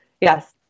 Yes